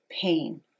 pain